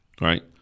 right